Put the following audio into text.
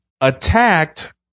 attacked